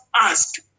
asked